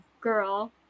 girl